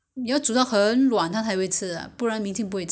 他才会吃要煮到软软啊要煮很久煮到软软